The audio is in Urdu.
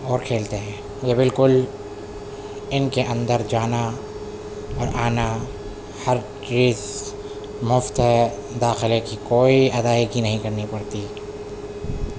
اور کھیلتے ہیں وہ بالکل ان کے اندر جانا اور آنا ہر چیز مفت ہے داخلے کی کوئی ادائیگی نہیں کرنی پڑتی